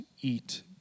eat